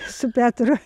su petru